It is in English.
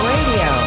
Radio